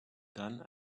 done